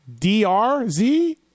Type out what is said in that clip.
DRZ